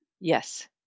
yes